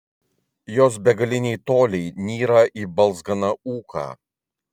jos begaliniai toliai nyra į balzganą ūką